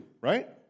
right